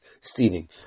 stealing